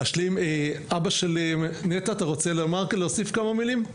אבא של נטע, אתה רוצה להוסיף כמה מילים?